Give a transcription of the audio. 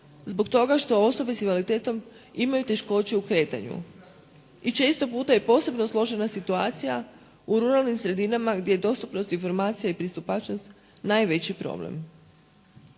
zbog toga što osobe sa invaliditetom imaju teškoće u kretanju i često puta je posebno složena situacija u ruralnim sredinama gdje je dostupnost informacija i pristupačnost najveći problem.